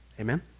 Amen